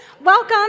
Welcome